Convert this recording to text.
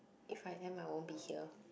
if I am I won't be here